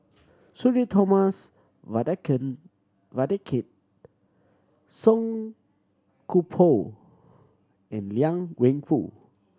Sudhir Thomas Vadaketh Song Koon Poh and Liang Wenfu